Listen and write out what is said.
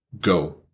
go